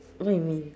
what you mean